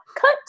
Cut